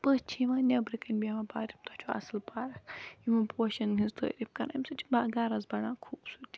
پٔژھ چھِ یوان نیبرٕ کنۍ بہوان پارک تۄہہِ چھو اصل پارک یِمن پوشن ہنٛز تعاریف کَران اَمہِ سۭتۍ چھِ گَرس بَڑان خوبصورتی